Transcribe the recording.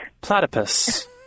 Platypus